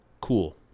cool